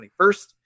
21st